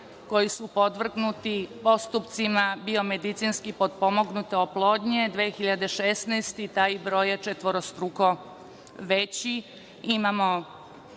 koji su podvrgnuti postupcima biomedicinski potpomognute oplodnje, 2016. godine taj broj je četvorostruko veći.